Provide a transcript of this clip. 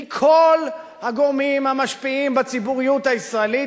מכל הגורמים המשפיעים בציבוריות הישראלית,